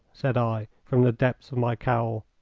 said i, from the depths of my cowl.